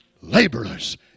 laborers